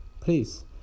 Please